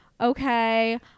okay